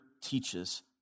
teaches